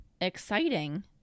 exciting